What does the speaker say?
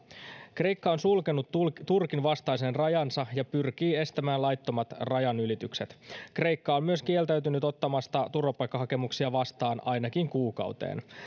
kreikka on sulkenut turkin turkin vastaisen rajansa ja pyrkii estämään laittomat rajanylitykset kreikka on myös kieltäytynyt ottamasta turvapaikkahakemuksia vastaan ainakaan kuukauteen